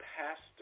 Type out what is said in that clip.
pastor